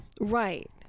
Right